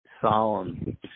solemn